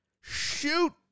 shoot